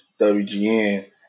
WGN